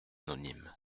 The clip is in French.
anonyme